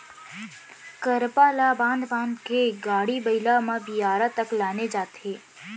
करपा ल बांध बांध के गाड़ी बइला म बियारा तक लाने जाथे